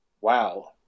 wow